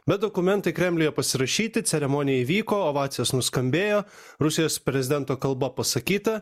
bet dokumentai kremliuje pasirašyti ceremonija įvyko ovacijos nuskambėjo rusijos prezidento kalba pasakyta